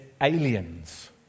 aliens